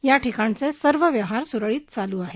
या ठिकाणचे सर्व व्यवहार सुरळीत सुरू आहेत